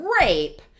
rape